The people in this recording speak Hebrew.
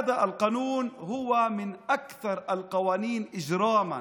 החוק הזה הוא אחד החוקים הנפשעים,